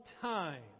time